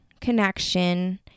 connection